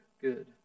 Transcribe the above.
good